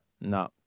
No